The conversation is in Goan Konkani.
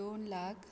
दोन लाख